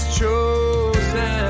chosen